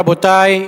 רבותי,